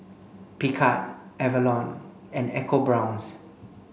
Picard Avalon and ecoBrown's